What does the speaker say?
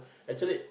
actually